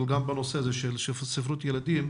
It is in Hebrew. אבל גם בנושא הזה של ספרות ילדים,